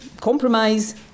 compromise